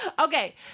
Okay